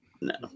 No